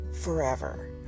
forever